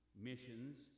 missions